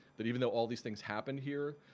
that even though all these things happen here,